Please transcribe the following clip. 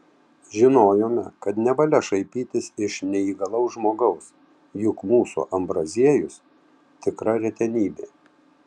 žinojome kad nevalia šaipytis iš neįgalaus žmogaus juk mūsų ambraziejus tikra retenybė